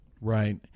Right